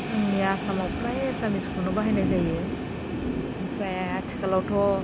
जोंनि आसामाव फ्राय एसामिसखौनो बाहायनाय जायो ओमफ्राय आथिखालावथ'